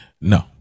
No